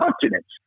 continents